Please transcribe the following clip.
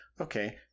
Okay